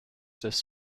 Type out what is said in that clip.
this